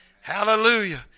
Hallelujah